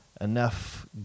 Enough